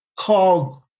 Called